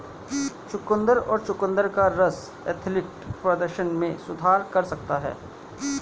चुकंदर और चुकंदर का रस एथलेटिक प्रदर्शन में सुधार कर सकता है